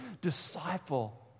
disciple